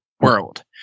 world